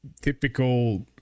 typical